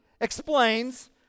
explains